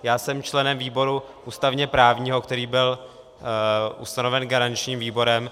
Já jsem členem výboru ústavněprávního, který byl ustanoven garančním výborem.